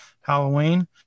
Halloween